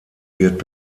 wird